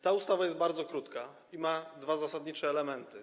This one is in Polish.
Ta ustawa jest bardzo krótka i ma dwa zasadnicze elementy.